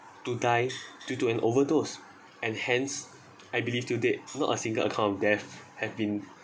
to die due to an overdose and hence I believe today not a single account of death have been